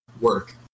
work